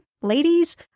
ladies